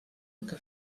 que